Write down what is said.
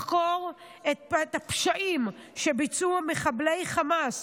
לחקור את הפשעים שביצעו מחבלי חמאס